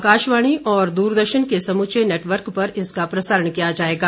आकाशवाणी और द्रदर्शन के समूचे नेटवर्क पर इसका प्रसारण किया जायेगा